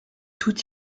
toutes